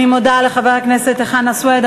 אני מודה לחבר הכנסת חנא סוייד.